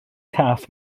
cath